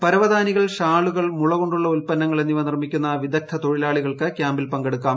പരവതാനികൾ ഷാളുകൾ മുള കൊണ്ടുള്ള ഉല്പന്നങ്ങൾ എന്നിവ നിർമ്മിക്കുന്ന വിദ്ഗദ്ധ തൊഴിലാളികൾക്ക് കൃാമ്പിൽ പങ്കെടുക്കാം